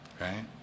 right